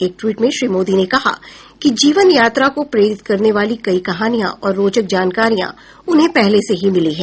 एक टवीट में श्री मोदी ने कहा कि जीवन यात्रा को प्रेरित करने वाली कई कहानियां और रोचक जानकारियां उन्हें पहले से ही मिली हैं